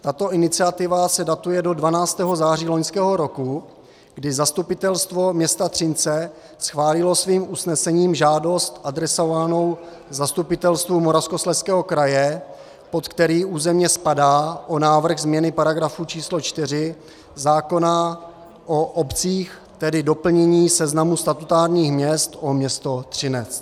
Tato iniciativa se datuje do 12. září loňského roku, kdy zastupitelstvo města Třince schválilo svým usnesením žádost adresovanou zastupitelstvu Moravskoslezského kraje, pod který územně spadá, o návrh změny § 4 zákona o obcích, tedy doplnění seznamu statutárních měst o město Třinec.